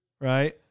Right